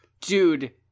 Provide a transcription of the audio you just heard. Dude